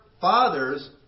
fathers